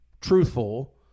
truthful